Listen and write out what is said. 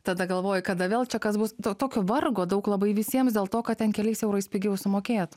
tada galvoji kada vėl čia kas bus to tokio vargo daug labai visiems dėl to kad ten keliais eurais pigiau sumokėtum